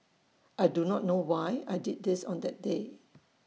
I do not know why I did this on that day